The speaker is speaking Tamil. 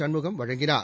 சண்முகம் வழங்கினார்